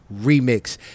Remix